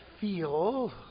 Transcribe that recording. feel